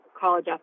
college